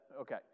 Okay